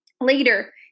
Later